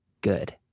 Good